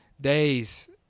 days